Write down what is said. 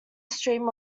stream